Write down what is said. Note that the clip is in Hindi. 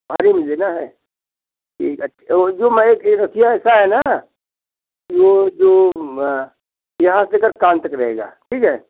भारी में लेना है ये वो जो मैं ये नथिया ऐसा है ना कि जो जो यहाँ से लेकर कान तक रहेगा ठीक है